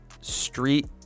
Street